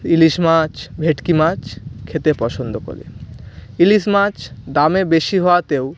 ইলিশ মাছ ভেটকি মাছ খেতে পছন্দ করে ইলিশ মাছ দামে বেশি হওয়াতেও